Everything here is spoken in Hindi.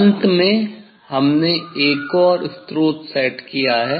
अंत में हमने एक और स्रोत सेट किया है